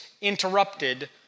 interrupted